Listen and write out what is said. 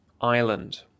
Island